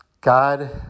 God